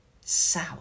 sour